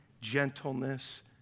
gentleness